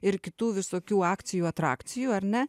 ir kitų visokių akcijų atrakcijų ar ne